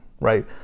right